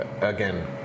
Again